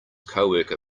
coworker